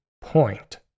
point